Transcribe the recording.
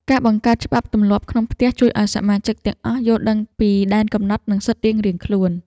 ការបង្កើតច្បាប់ទម្លាប់ក្នុងផ្ទះជួយឱ្យសមាជិកទាំងអស់យល់ដឹងពីដែនកំណត់ និង សិទ្ធិរៀងៗខ្លួន។